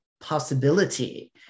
possibility